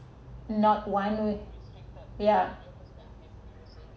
not one yeah